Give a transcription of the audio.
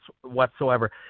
whatsoever